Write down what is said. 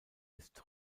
ist